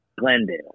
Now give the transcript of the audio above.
Glendale